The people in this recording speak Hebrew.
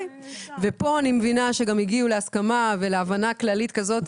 ופה אני מבינה שגם הגיעו להסכמה ולהבנה כללית כזאת,